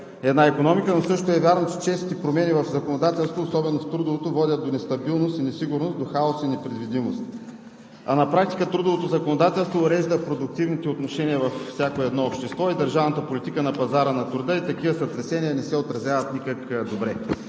всяка икономика, но също е вярно, че честите промени в законодателството, особено в трудовото, водят до нестабилност и несигурност, до хаос и непредвидимост. На практика трудовото законодателство урежда продуктивните отношения във всяко общество и държавната политика на пазара на труда – такива сътресения не се отразяват никак добре.